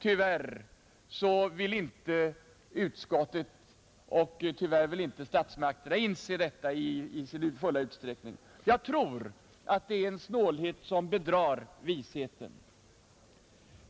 Tyvärr vill inte utskottet och tyvärr vill inte statsmakterna inse detta i full utsträckning. Jag tror att det är en snålhet som bedrar visheten.